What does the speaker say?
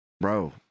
bro